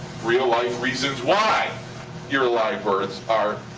real-life reasons why your live births are